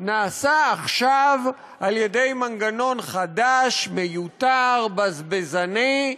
נעשה עכשיו על-ידי מנגנון חדש, מיותר, בזבזני,